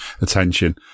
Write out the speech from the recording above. attention